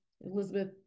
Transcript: Elizabeth